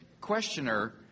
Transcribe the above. questioner